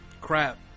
Crap